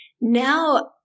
now